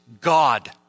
God